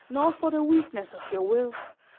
nor for the weakness of your will.